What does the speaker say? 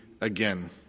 again